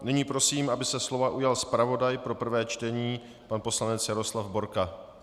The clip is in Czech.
Nyní prosím, aby se slova ujal zpravodaj pro prvé čtení pan poslanec Jaroslav Borka.